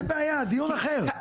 אין בעיה, דיון אחר.